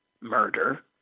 murder